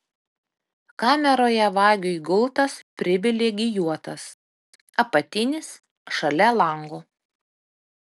kameroje vagiui gultas privilegijuotas apatinis šalia lango